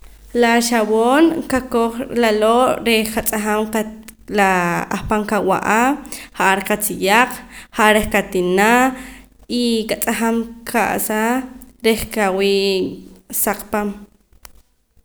La xaboon qakoj laloo' reh qatz'ajam qa la ahpaq qawa'a ja'ar qatziyaaq ja'ar reh katina y katz'ajam qa'sa reh qawee saq paam